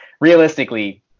realistically